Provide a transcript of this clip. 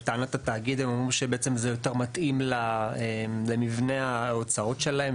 בתאגיד אמרו שזה יותר מתאים למבנה ההוצאות שלהם,